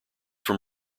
from